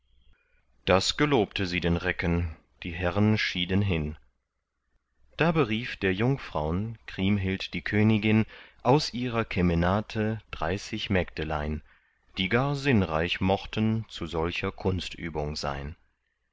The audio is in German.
das gelobte sie den recken die herren schieden hin da berief der jungfraun kriemhild die königin aus ihrer kemenate dreißig mägdelein die gar sinnreich mochten zu solcher kunstübung sein